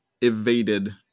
evaded